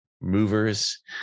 movers